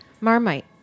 Marmite